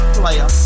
player